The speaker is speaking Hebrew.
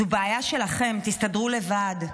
זו בעיה שלכם, תסתדרו לבד,